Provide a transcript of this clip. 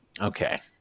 Okay